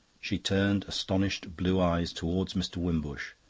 she turned astonished blue eyes towards mr. wimbush,